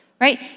right